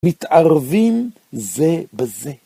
מתערבים זה בזה.